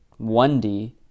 1D